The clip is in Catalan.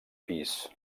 pis